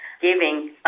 giving